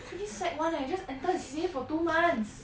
freaking sec one leh just enter the C_C_A for two months